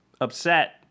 upset